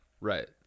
Right